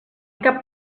cap